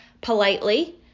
politely